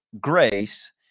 grace